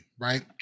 right